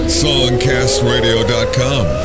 songcastradio.com